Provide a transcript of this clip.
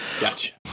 Gotcha